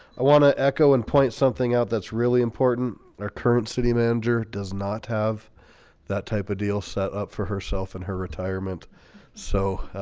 i want to echo and point something out that's really important. our current city manager does not have that type of deal set up for herself in her retirement so